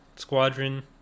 squadron